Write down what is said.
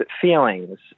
feelings